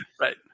Right